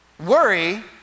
Worry